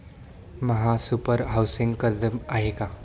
महासुपर हाउसिंग कर्ज आहे का?